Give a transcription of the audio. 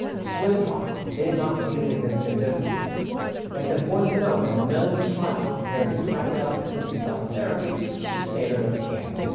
the swiss trial did not see a significant difference. and it's important to note that none of these trials compared the psychedelic-assisted psychotherapy to standard of care.